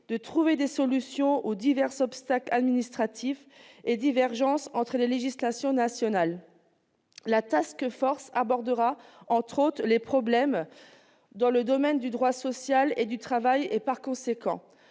de trouver des solutions aux divers obstacles administratifs et divergences entre les législations nationales. La abordera, entre autres, les problèmes dans le domaine du droit social et du travail et, par conséquent,